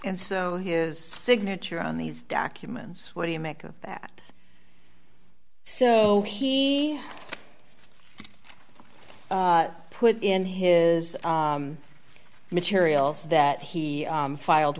and so his signature on these documents what do you make of that so he put in his materials that he filed